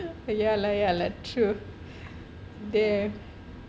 ya lah ya lah true damn